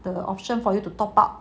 the option for you to top up